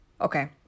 Okay